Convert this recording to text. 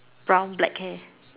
brown black hair